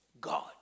God